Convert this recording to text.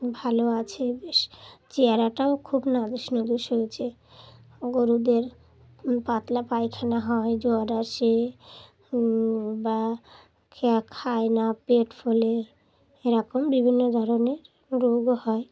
ভালো আছে বেশ চেহারাটাও খুব নাদুস নদুস হয়েছে গরুদের পাতলা পায়খানা হয় জ্বর আসে বা খে খায় না পেট ফলে এরকম বিভিন্ন ধরনের রোগও হয়